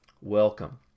welcome